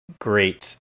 great